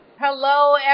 Hello